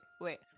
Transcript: wait